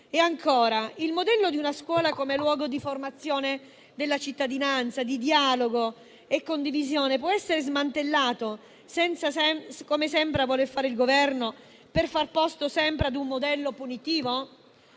il modello di una scuola come luogo di formazione della cittadinanza, di dialogo e condivisione può essere smantellato, come sembra voler fare il Governo, per far posto sempre ad un modello punitivo?